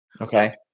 Okay